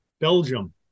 Belgium